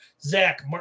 Zach